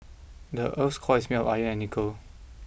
the earth's core is made of iron and nickel